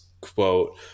quote